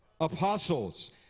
Apostles